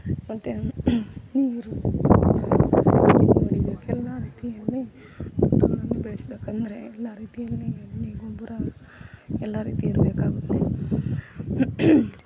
ಮತ್ತು ನೀರು ಎಲ್ಲಿ ಹೊಡಿಬೇಕು ಎಲ್ಲ ರೀತಿಯಲ್ಲಿ ತೋಟಗಳನ್ನು ಬೆಳೆಸಬೇಕಂದ್ರೆ ಎಲ್ಲ ರೀತಿಯಲ್ಲಿ ಎಣ್ಣೆ ಗೊಬ್ಬರ ಎಲ್ಲ ರೀತಿ ಇರಬೇಕಾಗುತ್ತೆ